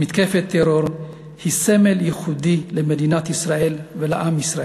מתקפת טרור היא סמל ייחודי למדינת ישראל ולעם ישראל.